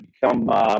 become